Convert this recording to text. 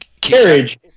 Carriage